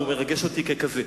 והוא מרגש אותי ככזה.